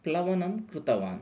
प्लवनं कृतवान्